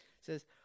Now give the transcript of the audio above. says